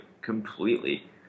completely